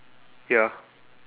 ya